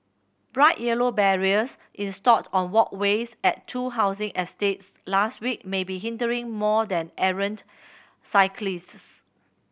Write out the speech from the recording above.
bright yellow barriers installed on walkways at two housing estates last week may be hindering more than errant cyclists